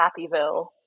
Happyville